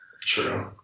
True